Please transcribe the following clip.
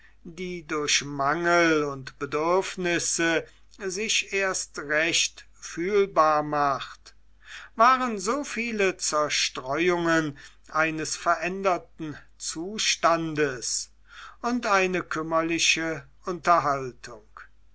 die durch mangel und bedürfnisse sich erst recht fühlbar macht waren so viele zerstreuungen eines veränderten zustandes und eine kümmerliche unterhaltung